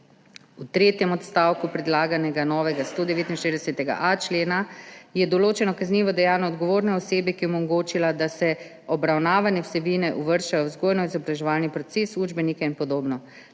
V tretjem odstavku predlaganega novega 169.a člena je določeno kaznivo dejanje odgovorne osebe, ki je omogočila, da se obravnavane vsebine uvrščajo v vzgojno-izobraževalni proces, v učbenike in podobno.